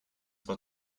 war